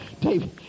David